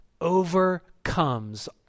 overcomes